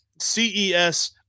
CES